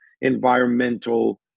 environmental